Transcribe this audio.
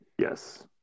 Yes